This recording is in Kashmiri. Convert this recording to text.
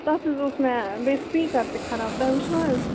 تَتھ حظ اوس مےٚ بیٚیہِ سُپیٖکَر تہِ خراب تۄہہِ وُچھوٕ حظ